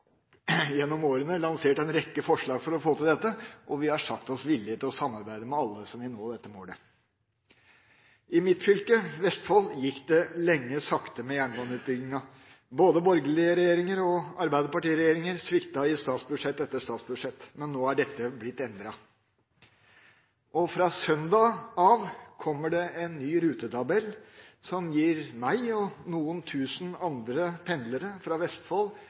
gjennom årene lansert en rekke forslag for å få til dette, og vi har sagt oss villige til å samarbeide med alle som vil nå dette målet. I mitt fylke, Vestfold, gikk det lenge sakte med jernbaneutbygginga. Både borgerlige regjeringer og arbeiderpartiregjeringer sviktet i statsbudsjett etter statsbudsjett. Men nå er dette blitt endret. Fra søndag av kommer det en ny rutetabell som gir meg, og noen tusen andre pendlere fra Vestfold,